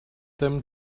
them